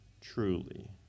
Truly